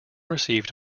received